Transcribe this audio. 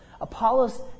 Apollos